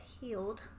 healed